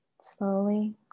slowly